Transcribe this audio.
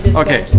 okay